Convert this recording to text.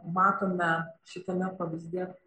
matome šitame pavyzdyje